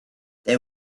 they